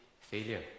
failure